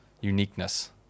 uniqueness